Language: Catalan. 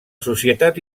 societat